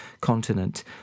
continent